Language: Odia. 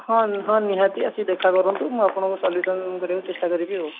ହଁ ହଁ ନିହାତି ଆସିକି ଦେଖା କରନ୍ତୁ ମୁଁ ଆପଣଙ୍କ ସଲ୍ୟୁସନ୍ କରିବାକୁ ଚେଷ୍ଟା କରିବି ଆଉ